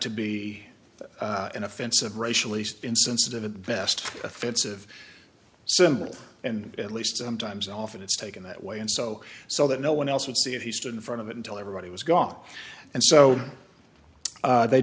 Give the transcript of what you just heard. to be an offensive racially insensitive at best offensive symbol and at least sometimes often it's taken that way and so so that no one else would see it he stood in front of it until everybody was gone and so they